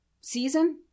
season